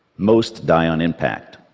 most die on impact.